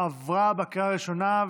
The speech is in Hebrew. בכך תמה רשימת הדוברים.